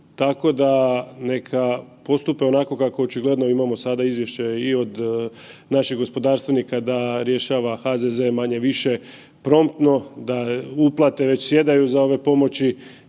tako da neka postupe onako kako očigledno imamo sada izvješće i od naših gospodarstvenika da rješava HZZ manje-više promptno, da uplate veće sjedaju za ove pomoći,